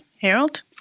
Harold